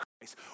Christ